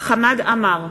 חמד עמאר,